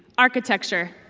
architecture.